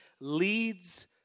leads